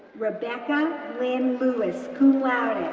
rebecca lynn lewis, cum laude,